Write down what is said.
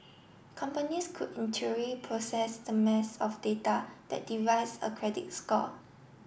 companies could in theory process the mass of data that devise a credit score